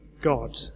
God